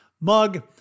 mug